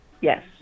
yes